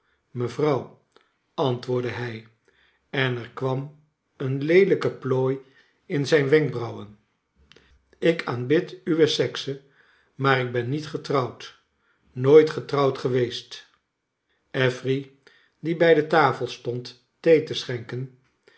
mevrouw antwoordde hij en er kwam een leelijke plooi in zijn wenkbrauwen ik aanbid uwe sexe maar ik ben niet getrouwd nooit getrouwd geweest affery die bij de tafel stond thee te schenken